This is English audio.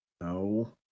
No